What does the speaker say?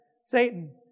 Satan